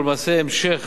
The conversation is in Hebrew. שהוא למעשה המשך